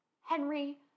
Henry